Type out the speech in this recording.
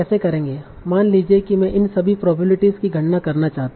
मान लीजिए कि मैं इन सभी प्रोबेबिलिटी की गणना करना चाहता हूं